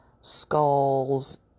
skulls